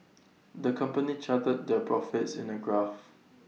the company charted their profits in the graph